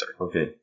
Okay